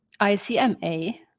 ICMA